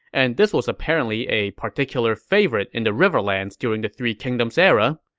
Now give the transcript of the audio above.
and this was apparently a particular favorite in the riverlands during the three kingdoms era.